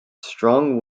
strong